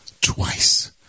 twice